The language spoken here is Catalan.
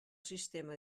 sistema